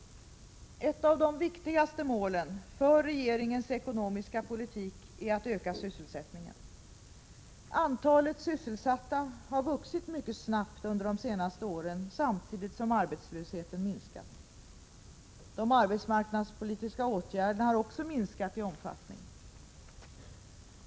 Ett av de viktigaste målen för regeringens ekonomiska politik är att öka sysselsättningen. Antalet sysselsatta har vuxit mycket snabbt under de senaste åren, samtidigt som arbetslösheten minskat. De arbetsmarknadspolitiska åtgärderna har också minskat i omfattning.